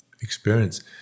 experience